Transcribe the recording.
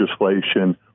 legislation